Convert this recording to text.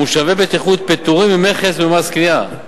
מושבי בטיחות פטורים ממכס וממס קנייה,